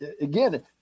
again